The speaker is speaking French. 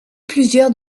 plusieurs